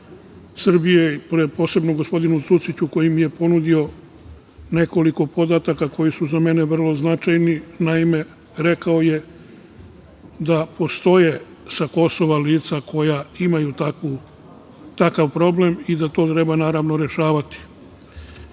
Srbije i posebno gospodinu Cuciću koji mi je ponudio nekoliko podataka koji su za mene vrlo značajni. Naime, rekao je da postoje sa Kosova lica koja imaju takav problem i da to treba, naravno, rešavati. Lično